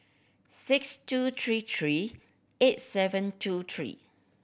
six two three three eight seven two three